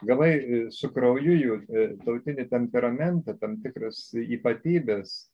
gavai su krauju jų tautinį temperamentą tam tikras ypatybes